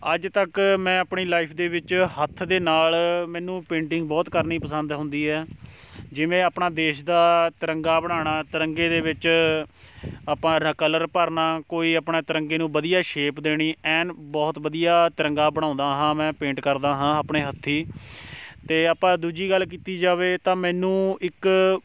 ਅੱਜ ਤੱਕ ਮੈਂ ਆਪਣੀ ਲਾਈਫ ਦੇ ਵਿੱਚ ਹੱਥ ਦੇ ਨਾਲ਼ ਮੈਨੂੰ ਪੇਂਟਿੰਗ ਬਹੁਤ ਕਰਨੀ ਪਸੰਦ ਹੁੰਦੀ ਹੈ ਜਿਵੇਂ ਆਪਣਾ ਦੇਸ਼ ਦਾ ਤਿਰੰਗਾ ਬਣਾਉਣਾ ਤਿਰੰਗੇ ਦੇ ਵਿੱਚ ਆਪਾਂ ਰ ਕਲਰ ਭਰਨਾ ਕੋਈ ਆਪਣਾ ਤਰੰਗੇ ਨੂੰ ਵਧੀਆ ਸ਼ੇਪ ਦੇਣੀ ਐਨ ਬਹੁਤ ਵਧੀਆ ਤਿਰੰਗਾ ਬਣਾਉਂਦਾ ਹਾਂ ਮੈਂ ਪੇਂਟ ਕਰਦਾ ਹਾਂ ਆਪਣੇ ਹੱਥੀਂ ਅਤੇ ਆਪਾਂ ਦੂਜੀ ਗੱਲ ਕੀਤੀ ਜਾਵੇ ਤਾਂ ਮੈਨੂੰ ਇੱਕ